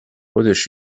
خودش